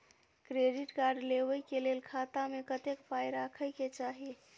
Credit card लेबै के लेल खाता मे कतेक पाय राखै के चाही?